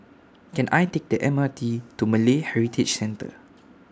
Can I Take The M R T to Malay Heritage Centre